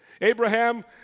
Abraham